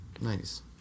Nice